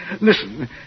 Listen